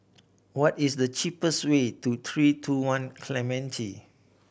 what is the cheapest way to Three Two One Clementi